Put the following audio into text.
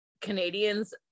canadians